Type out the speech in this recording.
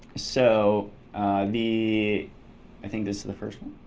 so the i think this is the first one.